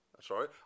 Sorry